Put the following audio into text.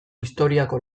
historiako